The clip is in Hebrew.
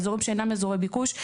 באזורים שאינם אזורי ביקוש.